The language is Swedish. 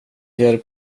hjälp